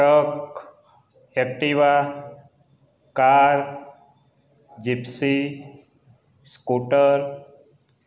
truck Activa car gypsy scooter